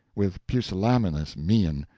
with pusillanimous mien,